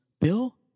Bill